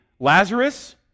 Lazarus